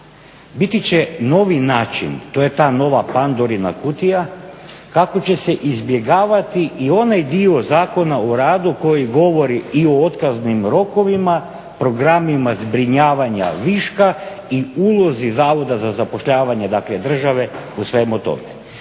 biti će novi način to je da nova Pandorina kutija, kako će se izbjegavati i onaj dio Zakona o radu koji govori i o otkaznim rokovima, programima zbrinjavanja viška i ulozi Zavoda za zapošljavanje dakle države u svemu tome.